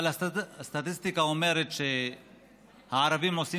אבל הסטטיסטיקה אומרת שהערבים עושים